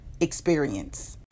experience